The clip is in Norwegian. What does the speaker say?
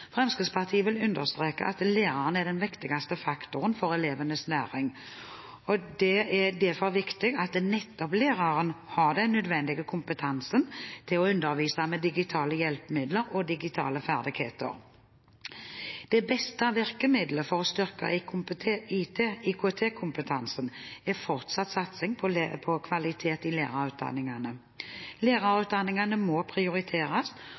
Fremskrittspartiet vil understreke at læreren er den viktigste faktoren for elevenes læring. Det er derfor viktig at nettopp læreren har den nødvendige kompetansen for å undervise med digitale hjelpemidler og i digitale ferdigheter. Det beste virkemidlet for å styrke IKT-kompetansen er fortsatt satsing på kvalitet i lærerutdanningene. Lærerutdanningene må prioriteres,